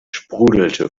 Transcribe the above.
sprudelte